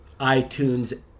iTunes